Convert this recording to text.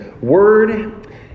Word